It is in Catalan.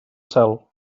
cel